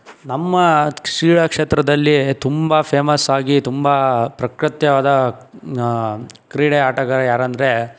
ನಮ್ಮ ಕ್ರೀಡಾ ಕ್ಷೇತ್ರದಲ್ಲಿ ತುಂಬ ಫೇಮಸ್ಸಾಗಿ ತುಂಬ ಪ್ರಖ್ಯಾತವಾದ ಕ್ರೀಡೆ ಆಟಗಾರ ಯಾರೆಂದರೆ